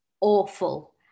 awful